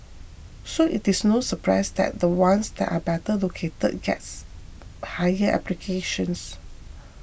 so it is no surprise that the ones that are better located gets higher applications